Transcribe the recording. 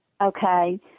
okay